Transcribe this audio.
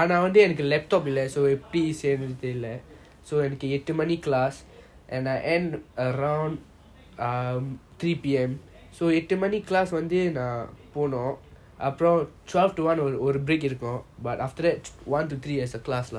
ஆனா என்னக்கு வந்து:aana ennaku vanthu laptop இல்ல:illa so எப்பிடி செய்றது தெரில என்னக்கு எட்டு மணிகி:epidi seirathu terila ennaku ettu maniki class and I end around um three P_M so எட்டு மணி:ettu mani class வந்து நான் போனும்:vanthu naan ponum about twelve to one break இருக்கும்:irukum but after that one to three I got class lah